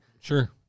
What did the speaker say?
sure